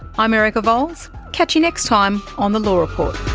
i'm erica vowles, catch you next time on the law report